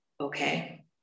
okay